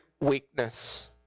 weakness